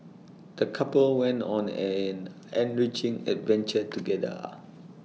the couple went on an enriching adventure together